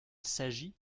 s’agit